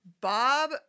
Bob